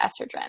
estrogen